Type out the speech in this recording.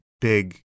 big